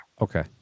Okay